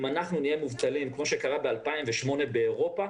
אם אנחנו נהיה מובטלים, כפי שקרה ב-2008 באירופה,